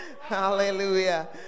Hallelujah